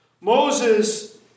Moses